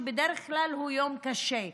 שבדרך כלל הוא יום קשה,